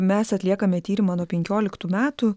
mes atliekame tyrimą nuo penkioliktų metų